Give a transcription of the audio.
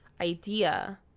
idea